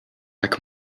jak